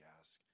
ask